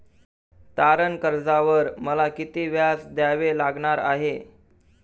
तारण कर्जावर मला किती व्याज द्यावे लागणार आहे?